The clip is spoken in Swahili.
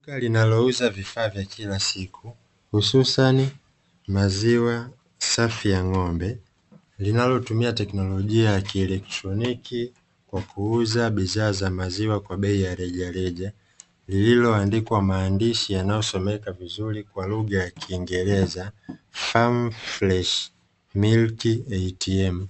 Duka linalouza vifaa vya kila siku hususani maziwa safi ya ng'ombe linalotumia teknolojia ya kielectroniki kwa kuuza bidhaa za maziwa kwa bei ya rejareja likiwa limeandikwa maandishi yanayosomeka vizuri kwa lugha ya kiingereza 'FARM FRESH MILK ATM'